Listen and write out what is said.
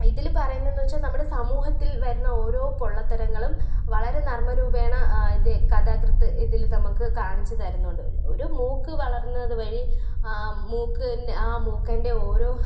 ഇതിൽ പറയുന്നതെന്ന് വെച്ചാൽ നമ്മുടെ സമൂഹത്തിൽ വരുന്ന ഓരോ പൊള്ളത്തരങ്ങളും വളരെ നർമ്മരൂപേണ ഇത് കഥാകൃത്ത് ഇതിൽ നമുക്ക് കാണിച്ച് തരുന്നുണ്ട് ഒരു മൂക്ക് വളർന്നത് വഴി ആ മൂക്കിൻ ആ മൂക്കൻ്റെ ഓരോ